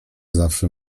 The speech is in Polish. zawsze